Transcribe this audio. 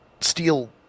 steal